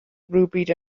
rhywbryd